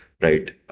right